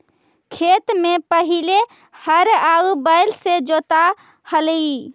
खेत में पहिले हर आउ बैल से जोताऽ हलई